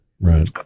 Right